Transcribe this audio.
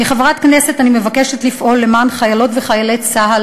כחברת הכנסת אני מבקשת לפעול למען חיילות וחיילי צה"ל